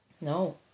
No